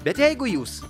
bet jeigu jūs